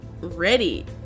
ready